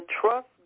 trust